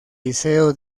liceo